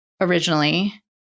originally